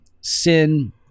sin